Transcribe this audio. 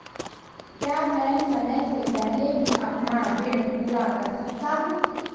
क्या मैं समय से पहले भी अपना ऋण पूरा कर सकता हूँ?